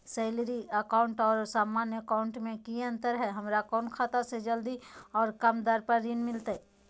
Salary account और सामान्य account मे की अंतर है हमरा कौन खाता से जल्दी और कम दर पर ऋण मिलतय?